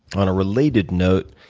on a related note,